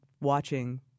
watching